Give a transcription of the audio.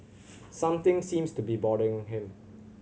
something seems to be bothering him